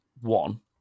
One